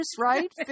right